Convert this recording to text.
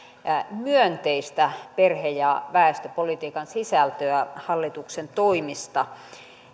myönteistä perhe ja väestöpolitiikan sisältöä hallituksen toimista